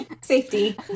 safety